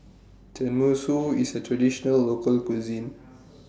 Tenmusu IS A Traditional Local Cuisine